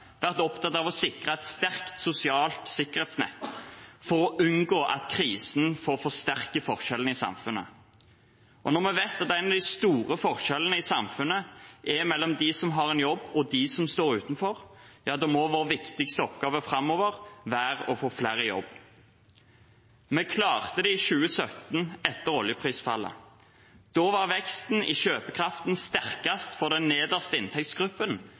vært opptatt av å sikre et sterkt sosialt sikkerhetsnett for å unngå at krisen får forsterke forskjellene i samfunnet. Når vi vet at en av de store forskjellene i samfunnet er mellom dem som har en jobb, og dem som står utenfor, må vår viktigste oppgave framover være å få flere i jobb. Vi klarte det i 2017 etter oljeprisfallet. Da var veksten i kjøpekraften sterkest for den nederste inntektsgruppen,